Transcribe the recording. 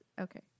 Okay